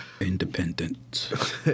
Independent